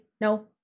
No